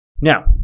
Now